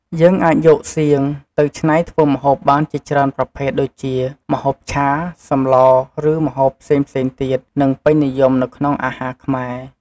យើងអាចយកសៀងទៅច្នៃធ្វើម្ហូបបានជាច្រើនប្រភេទ ដូចជា ម្ហូបឆា សម្ល ឬម្ហូបផ្សេងៗទៀត និងពេញនិយមនៅក្នុងអាហារខ្មែរ។